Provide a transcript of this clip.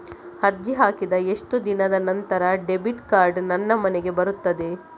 ಅರ್ಜಿ ಹಾಕಿದ ಎಷ್ಟು ದಿನದ ನಂತರ ಡೆಬಿಟ್ ಕಾರ್ಡ್ ನನ್ನ ಮನೆಗೆ ಬರುತ್ತದೆ?